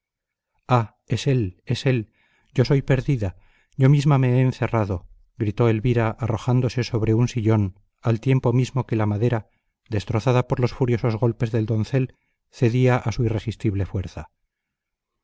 ah es él es él yo soy perdida yo misma me he encerrado gritó elvira arrojándose sobre un sillón al tiempo mismo que la madera destrozada por los furiosos golpes del doncel cedía a su irresistible fuerza